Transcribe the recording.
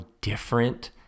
different